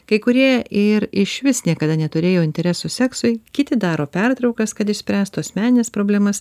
kai kurie ir išvis niekada neturėjo interesų seksui kiti daro pertraukas kad išspręstų asmenines problemas